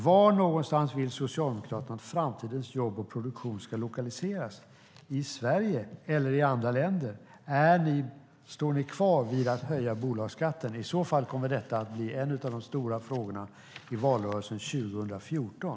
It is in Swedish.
Var vill Socialdemokraterna att framtidens jobb och produktion ska lokaliseras - i Sverige eller i andra länder? Står ni kvar vid att höja bolagsskatten? I så fall kommer detta att bli en av de stora frågorna i valrörelsen 2014.